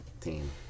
team